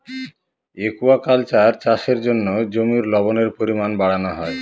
aquaculture চাষের জন্য জমির লবণের পরিমান বাড়ানো হয়